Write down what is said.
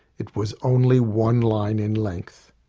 it was only one line in length.